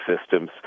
systems